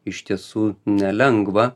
iš tiesų nelengva